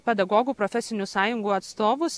pedagogų profesinių sąjungų atstovus